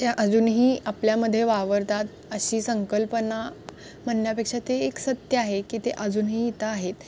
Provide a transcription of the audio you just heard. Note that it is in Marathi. त्या अजूनही आपल्यामध्ये वावरतात अशी संकल्पना म्हणण्यापेक्षा ते एक सत्य आहे की ते अजूनही इथं आहेत